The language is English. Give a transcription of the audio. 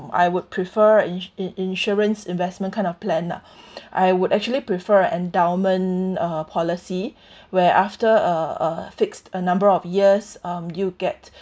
I would prefer in~ in~ insurance investment kind of plan lah I would actually prefer endowment uh policy where after a a fixed a number of years um you get